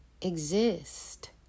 exist